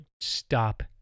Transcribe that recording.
stop